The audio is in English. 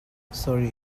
sorry